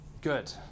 Good